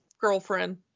girlfriend